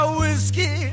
whiskey